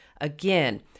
again